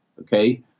Okay